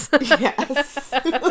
Yes